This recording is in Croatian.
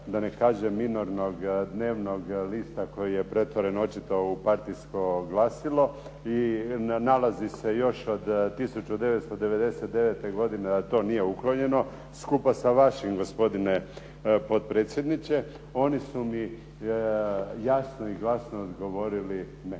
da ne kažem minornog dnevnog lista koji je pretvoren očito u partijsko glasilo i nalazi se još od 1999. godine a to nije uklonjeno, skupa sa vašim, gospodine potpredsjedniče, oni su mi jasno i odgovorili, ne,